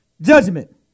Judgment